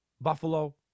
Buffalo